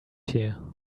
here